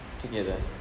together